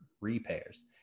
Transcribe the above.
repairs